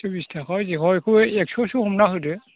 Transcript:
बे बिस थाखाबा हय बेखौबो एकस'सो हमना होदो